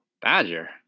Badger